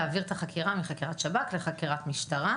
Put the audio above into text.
להעביר את החקירה מחקירת שב"כ לחקירת משטרה,